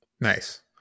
nice